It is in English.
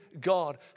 God